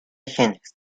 genes